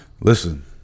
Listen